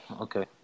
okay